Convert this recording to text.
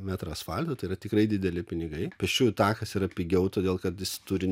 metrą asfalto tai yra tikrai dideli pinigai pėsčiųjų takas yra pigiau todėl kad jis turi